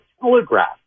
telegraph